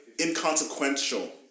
inconsequential